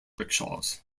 rickshaws